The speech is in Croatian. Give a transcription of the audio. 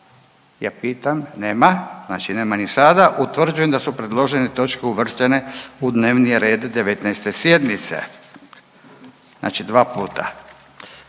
ja pitam, nema, znači nema ni sada, utvrđujem da su predložene točke uvrštene u dnevni red 19. sjednice. Znači dva puta